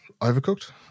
Overcooked